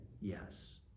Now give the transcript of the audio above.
yes